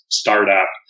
startup